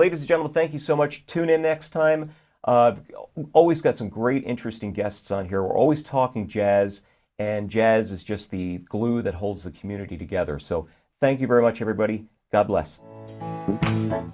latest general thank you so much tune in next time always got some great interesting guests on here always talking jazz and jazz is just the glue that holds the community together so thank you very much everybody god bless them